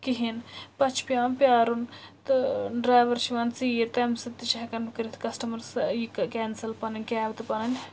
کِہیٖنۍ پَتہٕ چھُ پیٚوان پیٛارُن تہٕ ڈرٛایوَر چھُ یِوان ژیٖرۍ تَمہِ سۭتۍ تہِ چھُ ہیٚکان کٔرِتھ کَسٹمَر ٲں یہِ کیٚنسل پَنٕنۍ کیب تہٕ پَنٕنۍ